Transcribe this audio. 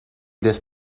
this